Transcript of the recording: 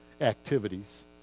activities